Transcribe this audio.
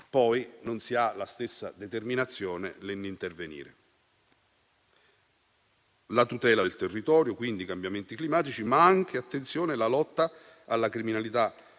poi non si ha la stessa determinazione nell'intervenire. La tutela del territorio, i cambiamenti climatici, ma anche - attenzione - la lotta alla criminalità